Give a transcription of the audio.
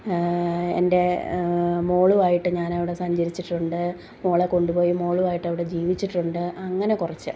എൻ്റെ മോളുമായിട്ട് ഞാൻ അവിടെ സഞ്ചരിച്ചിട്ടുണ്ട് മോളെ കൊണ്ടുപോയി മോളുമായിട്ട് അവിടെ ജീവിച്ചിട്ടുണ്ട് അങ്ങനെ കുറച്ച്